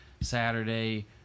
Saturday